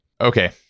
Okay